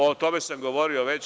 O tome sam govorio već.